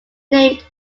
named